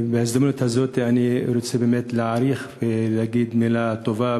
בהזדמנות הזאת אני רוצה באמת להגיד מילה טובה